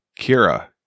Kira